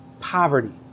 poverty